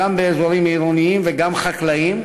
באזורים גם עירוניים וגם חקלאיים.